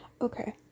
Okay